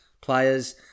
players